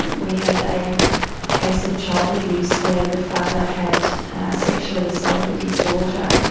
we had a case of child abuse where the father had sexually assaulted his daughter,